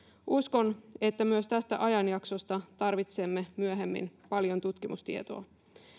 uskon että myös tästä ajanjaksosta tarvitsemme myöhemmin paljon tutkimustietoa